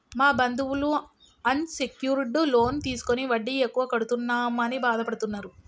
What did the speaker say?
మా బంధువులు unsecured loan తీసుకుని వడ్డీ ఎక్కువ కడుతున్నామని బాధపడుతున్నరు